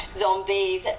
zombies